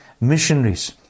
missionaries